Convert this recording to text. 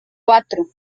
cuatro